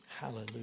hallelujah